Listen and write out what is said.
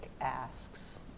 asks